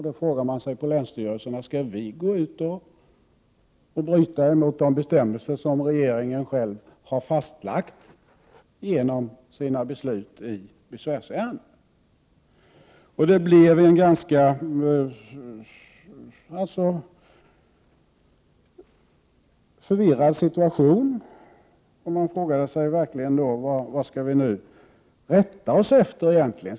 Då frågade man sig på länsstyrelserna: Skall vi bryta mot de bestämmelser som regeringen själv har fastlagt genom sina beslut i besvärsärenden? Det blev en ganska förvirrad situation, och man frågade sig: Vad skall vi nu rätta oss efter egentligen?